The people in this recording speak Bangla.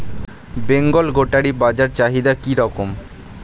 বেঙ্গল গোটারি বাজার চাহিদা কি রকম?